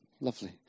Lovely